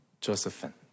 Josephine